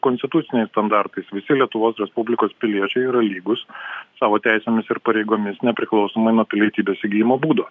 konstituciniai standartais visi lietuvos respublikos piliečiai yra lygūs savo teisėmis ir pareigomis nepriklausomai nuo pilietybės įgijimo būdo